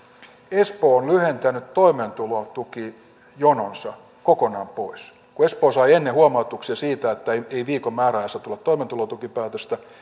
espoo on lyhentänyt toimeentulotukijononsa kokonaan pois kun espoo sai ennen huomautuksia siitä että ei viikon määräajassa tule toimeentulotukipäätöstä